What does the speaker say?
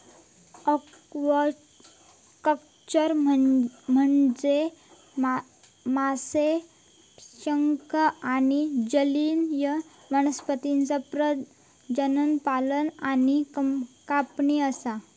aquaculture म्हनजे माशे, शंख आणि जलीय वनस्पतींचा प्रजनन, पालन आणि कापणी असा